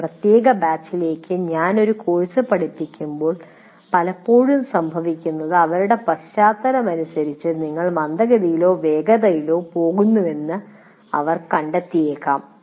ഒരു പ്രത്യേക ബാച്ചിലേക്ക് ഞാൻ ഒരു കോഴ്സ് പഠിപ്പിക്കുമ്പോൾ പലപ്പോഴും സംഭവിക്കുന്നത് അവരുടെ പശ്ചാത്തലം അനുസരിച്ച് നിങ്ങൾ മന്ദഗതിയിലോ വേഗതയിലോ പോകുന്നുവെന്ന് അവർ കണ്ടെത്തിയേക്കാം